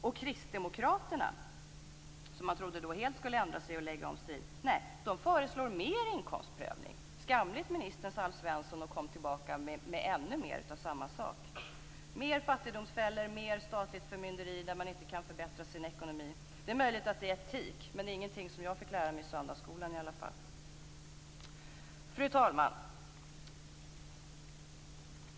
Och Kristdemokraterna, som man då trodde helt skulle ändra sig och lägga om stil, föreslår mer inkomstprövning. Skamligt, ministern, sade Alf Svensson och kom tillbaka med ännu mer av samma sak. Mer fattigdomsfällor och mer statligt förmynderi där man inte kan förbättra sin ekonomi - det är möjligt att det är etik, men det är ingenting som jag fick lära mig i söndagsskolan i alla fall. Fru talman!